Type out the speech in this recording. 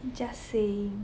just saying